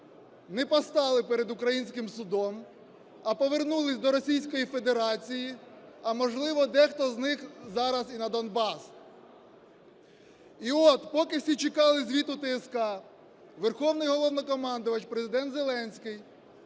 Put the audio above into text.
не постали перед українським судом, а повернулись до Російської Федерації, а, можливо, дехто з них зараз і на Донбас. І от, поки всі чекали звіту ТСК, Верховний Головнокомандувач Президент Зеленський